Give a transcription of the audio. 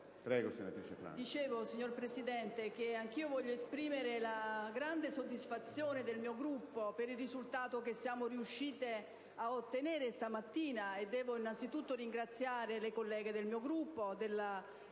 *(PD)*. Signor Presidente, anch'io voglio esprimere la grande soddisfazione del mio Gruppo per il risultato che siamo riuscite a ottenere stamani. Devo innanzitutto ringraziare le colleghe del mio Gruppo